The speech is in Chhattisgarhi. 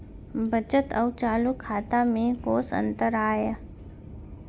बचत अऊ चालू खाता में कोस अंतर आय?